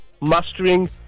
mastering